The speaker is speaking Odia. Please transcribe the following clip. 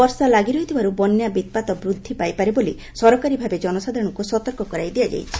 ବର୍ଷା ଲାଗିରହିଥିବାରୁ ବନ୍ୟା ବିପ୍କାତ ବୃଦ୍ଧି ପାଇପାରେ ବୋଲି ସରକାରୀ ଭାବେ ଜନସାଧାରଣଙ୍କୁ ସତର୍କ କରାଇ ଦିଆଯାଇଛି